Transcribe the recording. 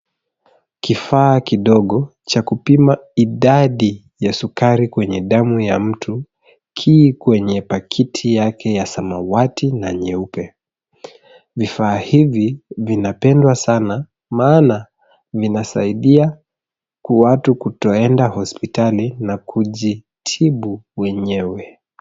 Kifaa kidogo cha kupima idadi ya sukari kwenye damu ya mtu, ki kwenye pakiti yake ya samawati na nyeupe. Vifaa hivi vinapendwa sana maana vinasaidia watu kutoenda hospitali na kujitibu wenyewe.